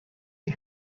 the